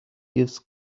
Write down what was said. gives